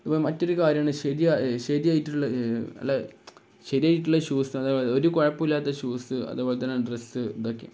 അതുപോലെത്തന്നെ മറ്റൊരു കാര്യമാണ് ശരിയായിട്ടുള്ള ഷൂസ് അതായത് ഒരു കുഴപ്പവുമില്ലാത്ത ഷൂസ് അതുപോലെ തന്നെ ഡ്രസ്സ് ഇതൊക്കെ